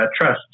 trust